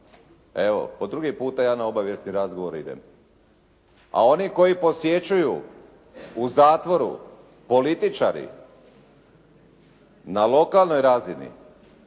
Evo, po druga puta ja na obavijesni razgovor idem. A oni koji posjećuju u zatvoru političari na lokalnoj razini,